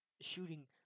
shooting